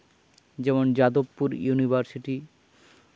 ᱡᱮᱢᱚᱱ ᱡᱟᱫᱚᱵᱽᱯᱩᱨ ᱤᱭᱩᱱᱤᱵᱷᱟᱨᱥᱤᱴᱤ